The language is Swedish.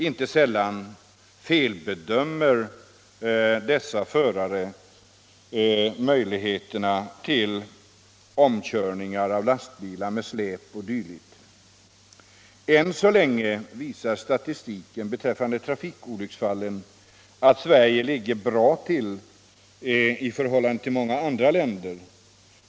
Inte sällan felbedömer dessa förare möjligheten till omkörning av exempelvis lastbilar med släp. Än så länge visar statistiken beträffande trafikolycksfall att Sverige ligger bra till i förhållande till många andra länder.